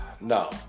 No